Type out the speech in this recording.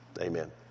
Amen